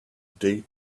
date